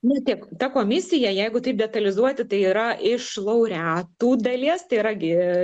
ne tik ta komisija jeigu taip detalizuoti tai yra iš laureatų dalies tai yra gi